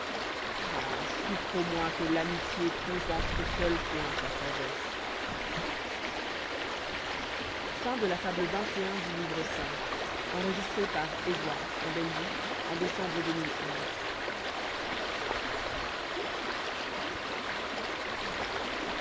ah souffre au moins que l'amitié trompe en ce seul point ta sagesse